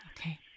Okay